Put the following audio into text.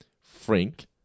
Frank